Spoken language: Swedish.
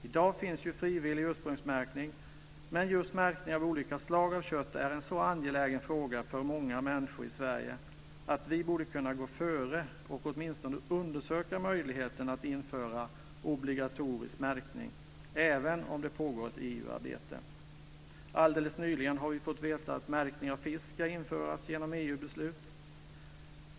I dag finns ju frivillig ursprungsmärkning, men just märkning av olika slag av kött är en så angelägen fråga för många människor i Sverige att vi borde kunna gå före och åtminstone undersöka möjligheten att införa obligatorisk märkning, även om det pågår ett EU-arbete. Alldeles nyligen har vi fått veta att märkning av fisk ska införas genom EU-beslut.